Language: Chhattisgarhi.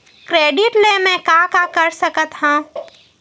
क्रेडिट ले मैं का का कर सकत हंव?